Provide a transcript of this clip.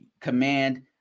command